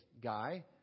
guy